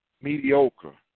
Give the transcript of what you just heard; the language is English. mediocre